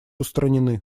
устранены